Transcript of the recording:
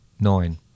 Nine